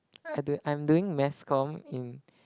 I do I'm doing mass comm in